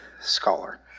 scholar